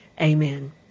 Amen